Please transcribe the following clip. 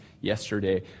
yesterday